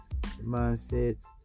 mindsets